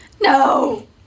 No